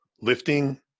lifting